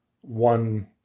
one